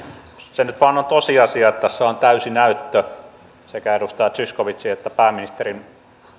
se nyt vain on tosiasia että tässä on täysi näyttö sekä edustaja zyskowiczin että pääministerin